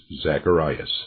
Zacharias